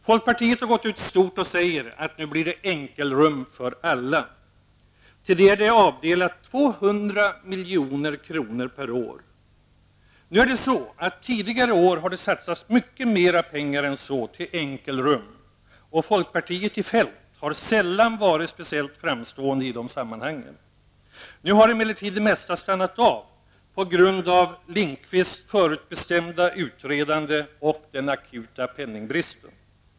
Folkpartiet har gått ut stort och sagt att det nu blir enkelrum för alla. Till det är det avdelat 200 milj.kr. per år. Tidigare år har det satsats mycket mera pengar än så till enkelrum, och folkpartiet i fält har sällan varit speciellt framstående i de sammanhangen. Nu har emellertid det mesta stannat av på grund av Lindqvists förutbestämda utredande och den akuta penningbristen.